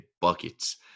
buckets